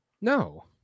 No